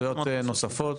התייחסויות נוספות?